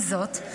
עם זאת,